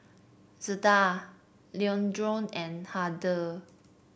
Zeta Leandro and Hardy